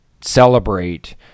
celebrate